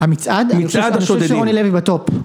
המצעד? המצעד השודדים. המצעד השודדים אני חושב שרוני לוי בטופ.